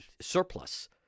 surplus